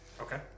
Okay